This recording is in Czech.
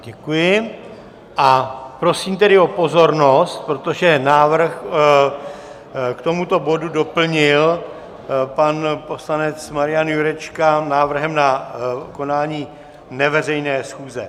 Děkuji, a prosím tedy o pozornost, protože návrh k tomuto bodu doplnil pan poslanec Marian Jurečka návrhem na konání neveřejné schůze.